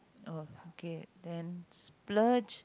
oh okay then splurge